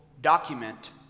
document